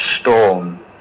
storm